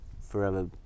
Forever